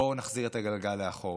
בואו נחזיר את הגלגל לאחור.